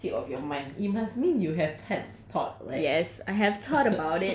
how did you think that at the tip of your mind it must mean you have had thoughts right